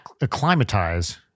acclimatize